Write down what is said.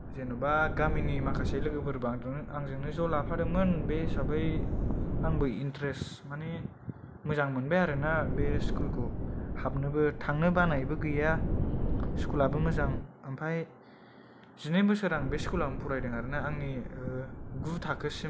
जेनबा गामिनि माखासे लोगोफोर बांद्रायानो आंजोंनो ज' लाफादोंमोन बे हिसाबै आंबो इनत्रेस माने मोजां मोनबाय आरोना बे स्कुलखौ हाबनोबो थांनो बानायबो गैया स्कुलाबो मोजां ओमफाय जिनै बोसोर आं बे स्कुलावनो फरायदों आरोना आंनि ओ गु थाखोसिम